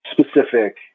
specific